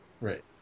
Right